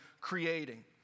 creating